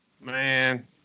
Man